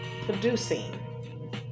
producing